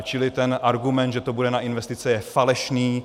Čili ten argument, že to bude na investice, je falešný.